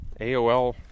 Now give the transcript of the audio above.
AOL